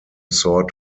sort